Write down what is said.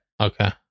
okay